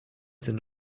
sind